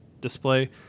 display